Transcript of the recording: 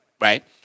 right